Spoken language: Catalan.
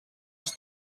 els